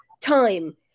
time